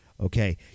Okay